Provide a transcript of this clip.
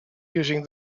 using